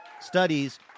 Studies